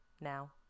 now